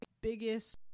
biggest